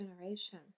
generation